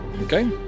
Okay